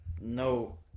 no